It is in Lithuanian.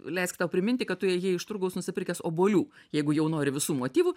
leisk tau priminti kad tu ėjai iš turgaus nusipirkęs obuolių jeigu jau nori visų motyvų